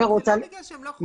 זה לא בגלל שהם לא חוקיים.